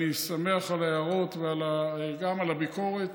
אני שמח על ההערות וגם על הביקורת,